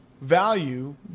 value